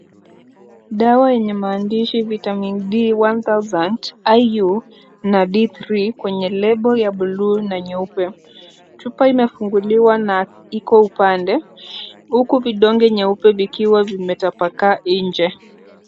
Dawa yenye maandishi vitamin D one thousand iu na D3 kwenye lebo ya buluu na nyeupe. Chupa imefunguliwa na iko upande huku vidonge vyeupe vikiwa vimetapakaa nje.